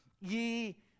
ye